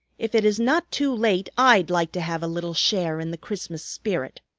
if it is not too late i'd like to have a little share in the christmas spirit.